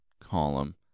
column